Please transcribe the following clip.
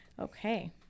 Okay